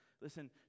Listen